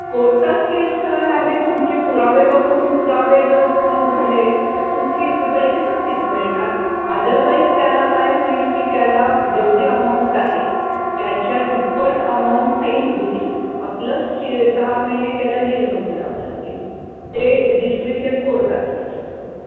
कोर्टात केस आहे तुमचे पुरावे बघून पुरावे जर प्रूव्ह झाले तर तुमची पैसे नक्कीच मिळणार आदरवाईज त्याला काय होईल की त्याला जेवढी अमाऊंट आहे त्याच्या दुप्पट अमाऊंट फाईन होईल प्लस शी सहा महिने त्याला जेलमध्ये जावं लागेल ते डिस्क्रिशन कोर्टाचं असतं